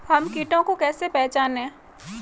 हम कीटों को कैसे पहचाने?